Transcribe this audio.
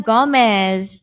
Gomez